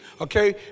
okay